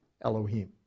Elohim